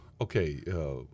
okay